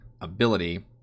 ability